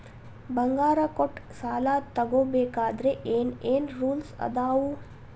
ಬಂಗಾರ ಕೊಟ್ಟ ಸಾಲ ತಗೋಬೇಕಾದ್ರೆ ಏನ್ ಏನ್ ರೂಲ್ಸ್ ಅದಾವು?